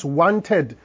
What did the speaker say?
wanted